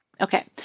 Okay